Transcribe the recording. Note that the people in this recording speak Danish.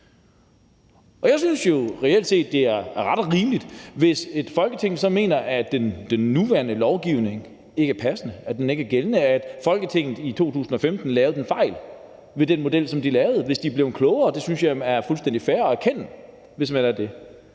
Jeg synes jo reelt set, at det er ret og rimeligt, hvis et Folketing så mener, at den nuværende lovgivning ikke er passende, at det ikke bør gælde, og at Folketinget i 2015 lavede en fejl med den model, som de lavede. Hvis de er blevet klogere, synes jeg, at det er fuldstændig fair at erkende det.